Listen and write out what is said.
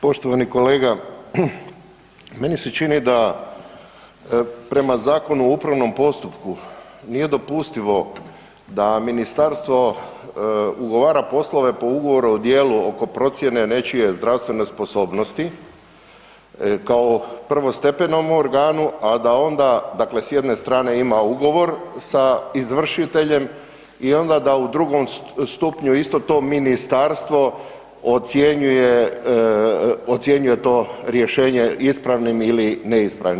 Poštovani kolega, meni se čini da prema Zakonu o upravnom postupku nije dopustivo da ministarstvo ugovara poslove po ugovoru o djelu oko procjene nečije zdravstvene sposobnosti, kao prvo ... organu a da onda dakle s jedne strane ima ugovor sa izvršiteljem i onda da u drugom stupnju isto to ministarstvo ocjenjuje to rješenje ispravnim ili neispravnim.